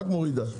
רק מורידה.